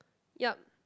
yup